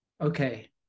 okay